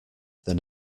than